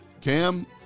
Cam